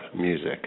Music